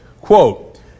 Quote